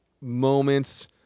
moments